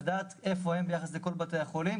שעוזר להם לדעת איפה הם ביחס לכל בתי החולים,